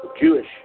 Jewish